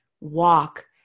Walk